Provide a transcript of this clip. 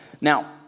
Now